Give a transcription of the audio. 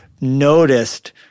noticed